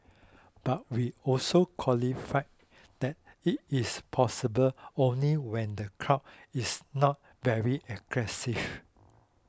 but we also qualify that it is possible only when the crowd is not very aggressive